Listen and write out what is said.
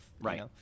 Right